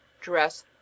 dress